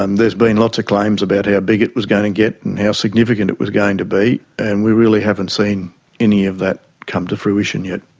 um been lots of claims about how big it was going to get and how significant it was going to be, and we really haven't seen any of that come to fruition yet.